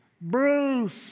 Bruce